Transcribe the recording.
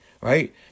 Right